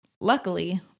Luckily